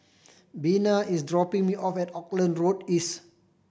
Bina is dropping me off at Auckland Road East